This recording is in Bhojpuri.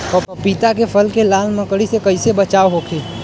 पपीता के फल के लाल मकड़ी से कइसे बचाव होखि?